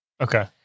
Okay